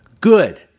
Good